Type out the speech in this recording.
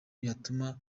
yatuma